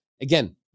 Again